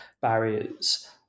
barriers